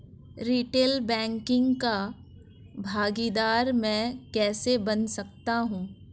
Retail banking का भागीदार मैं कैसे बन सकता हूँ?